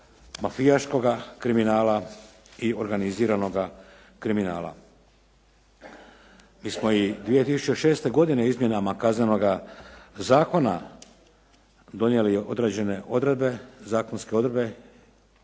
mafijaškoga kriminala i organiziranoga kriminala. Mi smo i 2006. godine izmjenama Kaznenoga zakona donijeli određene odredbe, zakonske odredbe